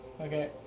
Okay